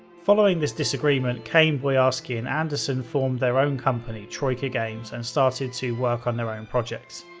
following this disagreement, cain, boyarsky, and anderson formed their own company troika games and started to work on their own projects.